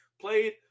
played